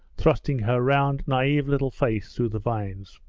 thrusting her round, naive little face through the vines.